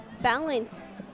balance